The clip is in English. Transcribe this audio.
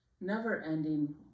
never-ending